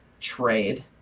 trade